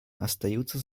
остаются